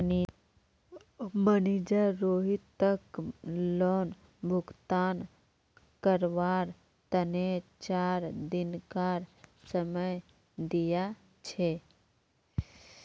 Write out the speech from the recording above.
manager रोहितक loan भुगतान करवार तने चार दिनकार समय दिया छे